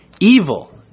Evil